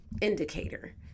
indicator